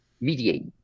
mediate